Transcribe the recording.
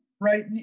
right